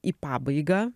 į pabaigą